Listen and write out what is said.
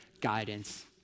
guidance